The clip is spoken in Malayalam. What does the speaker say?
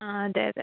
ആ അതെ അതെ